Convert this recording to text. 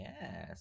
Yes